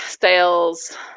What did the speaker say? sales